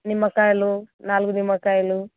నిమ్మకాయలు నాలుగు నిమ్మకాయలు